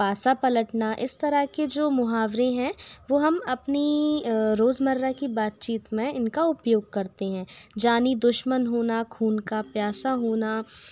पासा पलटना इस तरह के जो मुहावरे हैं वो हम अपनी अपनी रोजमर्रा की बातचीत में इनका उपयोग करते हैं जानी दुश्मन होना खून का प्यासा होना